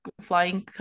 flying